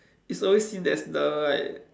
it's always seen as the like